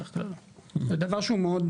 זה דבר שהוא מאוד,